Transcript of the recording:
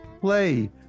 Play